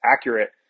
accurate